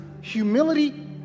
humility